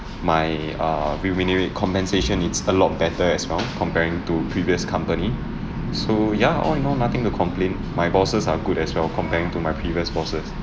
my err remunerate compensation is a lot better as well comparing to previous company so ya all and all nothing to complain my bosses are good as well comparing to my previous bosses